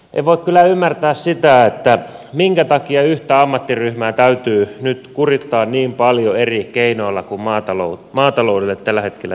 en voi kyllä ymmärtää sitä minkä takia yhtä ammattiryhmää täytyy nyt kurittaa niin paljon eri keinoilla kuin maataloudelle tällä hetkellä tehdään